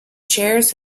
chairs